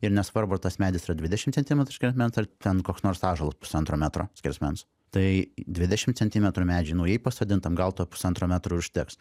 ir nesvarbu ar tas medis yra dvidešimt centimetrų skersmens ar ten koks nors ąžuolas pusantro metro skersmens tai dvidešimt centimetrų medžiui naujai pasodintam gal to pusantro metro ir užteks